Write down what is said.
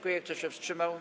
Kto się wstrzymał?